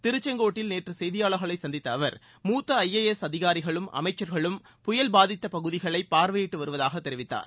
திருச்செங்கோட்டில் நேற்று செய்தியாளர்களைச் சந்தித்த அவர் மூத்த ஐஏஎஸ் அதிகாரிகளும் அமைச்சர்களும் புயல் பாதித்த பகுதிகளை பார்வையிட்டு வருவதாக தெரிவித்தார்